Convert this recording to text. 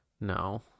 No